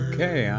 Okay